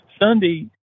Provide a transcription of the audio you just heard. Sunday